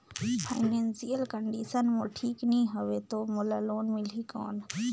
Financial condition मोर ठीक नी हवे तो मोला लोन मिल ही कौन??